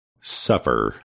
Suffer